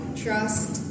trust